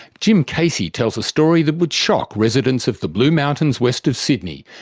jim casey tells a story that would shock residents of the blue mountains west of sydney,